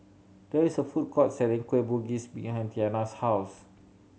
there is a food court selling Kueh Bugis behind Tiana's house